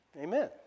Amen